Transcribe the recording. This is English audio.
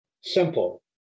Simple